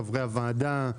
חברי הוועדה,